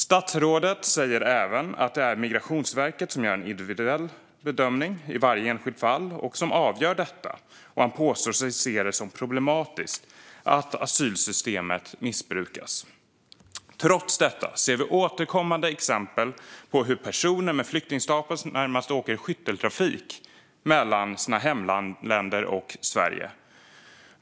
Statsrådet sa även att det är Migrationsverket som gör en individuell bedömning i varje enskilt fall och som avgör detta. Han påstod sig se det som problematiskt att asylsystemet missbrukas. Trots detta ser vi återkommande exempel på hur personer med flyktingstatus närmast åker skytteltrafik mellan sitt hemland och Sverige.